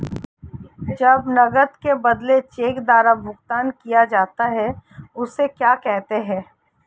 जब नकद के बदले चेक द्वारा भुगतान किया जाता हैं उसे क्या कहते है?